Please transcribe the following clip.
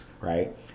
right